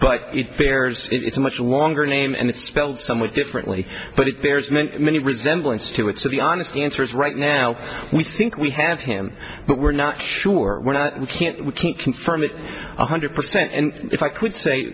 but it bears it's a much longer name and it's spelled somewhat differently but it there's many many resemblance to it so the honest answer is right now we think we have him but we're not sure we're not we can't we can't confirm it one hundred percent and if i could say